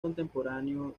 contemporáneo